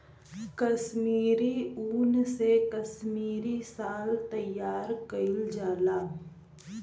कसमीरी उन से कसमीरी साल तइयार कइल जाला